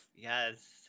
Yes